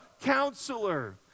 counselor